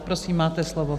Prosím, máte slovo.